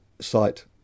site